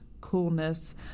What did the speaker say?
coolness